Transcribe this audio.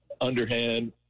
underhand